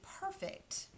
perfect